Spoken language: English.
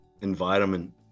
environment